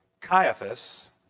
Caiaphas